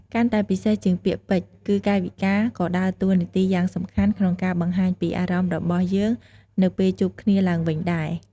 កាន់តែពិសេសជាងពាក្យពេចន៍ គឺកាយវិការក៏ដើរតួនាទីយ៉ាងសំខាន់ក្នុងការបង្ហាញពីអារម្មណ៍របស់យើងនៅពេលជួបគ្នាឡើងវិញដែរ។